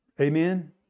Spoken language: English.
Amen